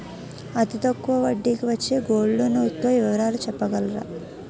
అతి తక్కువ వడ్డీ కి వచ్చే గోల్డ్ లోన్ యెక్క వివరాలు చెప్పగలరా?